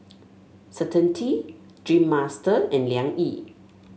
Certainty Dreamster and Liang Yi